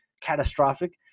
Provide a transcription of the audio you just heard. catastrophic